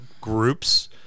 groups